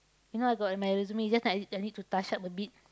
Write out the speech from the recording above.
you know I got my resume just I need I need to touch up a bit